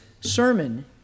sermon